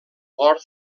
port